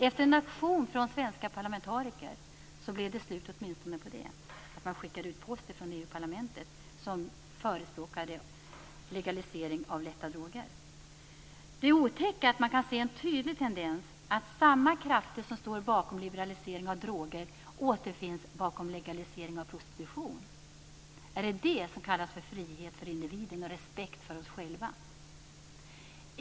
Efter en aktion från svenska parlamentariker blev det åtminstone slut på detta, dvs. att det skickades ut post från EU Det otäcka är att man kan se en tydlig tendens: Samma krafter som står bakom liberalisering när det gäller droger återfinns också bakom legalisering av prostitution. Är det detta som kallas frihet för individen och respekt för oss själva?